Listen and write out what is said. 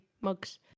mugs